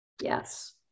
yes